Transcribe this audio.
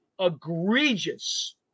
egregious